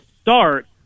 start